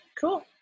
Cool